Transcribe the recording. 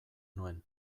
nuen